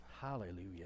Hallelujah